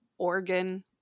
organ